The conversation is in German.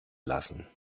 lassen